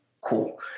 cool